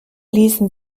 ließen